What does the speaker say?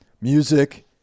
music